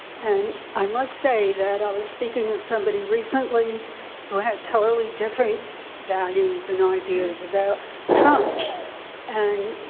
and i must say that i was speaking of somebody recently who had totally different values and ideas about trump and